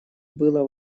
было